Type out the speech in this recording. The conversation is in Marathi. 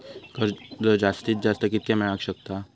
कर्ज जास्तीत जास्त कितक्या मेळाक शकता?